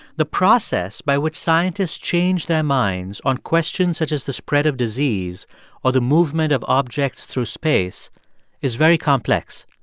the process by which scientists change their minds on questions such as the spread of disease or the movement of objects through space is very complex.